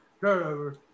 turnover